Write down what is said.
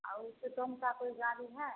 आ उससे कम का कोई गाड़ी है